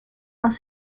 los